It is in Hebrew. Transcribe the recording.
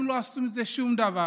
הם לא עשו עם זה שום דבר.